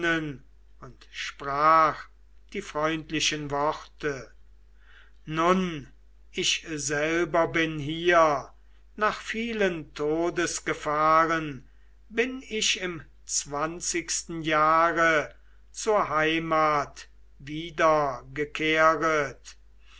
und sprach die freundlichen worte nun ich selber bin hier nach vielen todesgefahren bin ich im zwanzigsten jahre zur heimat wiedergekehret